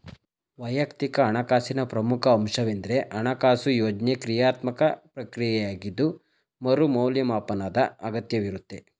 ವೈಯಕ್ತಿಕ ಹಣಕಾಸಿನ ಪ್ರಮುಖ ಅಂಶವೆಂದ್ರೆ ಹಣಕಾಸು ಯೋಜ್ನೆ ಕ್ರಿಯಾತ್ಮಕ ಪ್ರಕ್ರಿಯೆಯಾಗಿದ್ದು ಮರು ಮೌಲ್ಯಮಾಪನದ ಅಗತ್ಯವಿರುತ್ತೆ